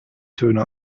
töne